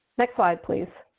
next slide, please.